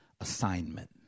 assignment